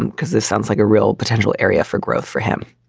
and because this sounds like a real potential area for growth for him